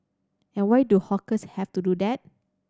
and why do hawkers have to do that